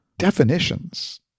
definitions